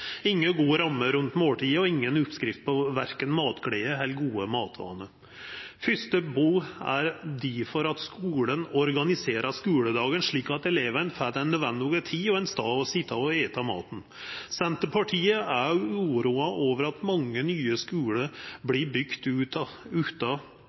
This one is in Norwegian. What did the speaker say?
verken matglede eller gode matvanar. Fyrste bod er difor at skulen organiserer skuledagen slik at elevane får den nødvendige tida og ein stad å sitja og eta maten. Senterpartiet er òg uroa over at mange nye